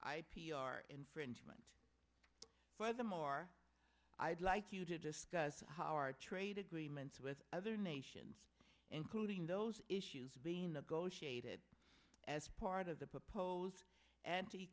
i p r infringement furthermore i'd like you to discuss our trade agreements with other nations including those issues being negotiated as part of the proposed anti